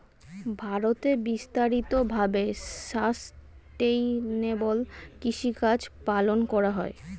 ভারতে বিস্তারিত ভাবে সাসটেইনেবল কৃষিকাজ পালন করা হয়